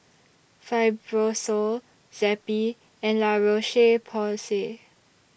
Fibrosol Zappy and La Roche Porsay